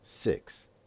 Six